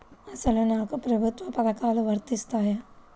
అసలు నాకు ప్రభుత్వ పథకాలు వర్తిస్తాయా?